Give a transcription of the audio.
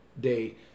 day